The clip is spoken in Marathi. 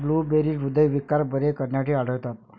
ब्लूबेरी हृदयविकार बरे करण्यासाठी आढळतात